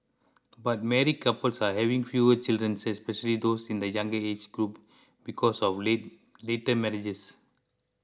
but married couples are having fewer children especially those in the younger age groups because of late later marriages